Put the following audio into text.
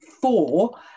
four